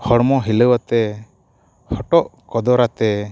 ᱦᱚᱲᱢᱚ ᱦᱤᱞᱳᱣ ᱟᱛᱮᱫ ᱦᱚᱴᱚᱜ ᱠᱚᱫᱚᱨ ᱟᱛᱮᱫ